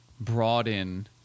broaden